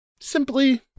Simply